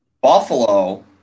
Buffalo